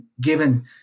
given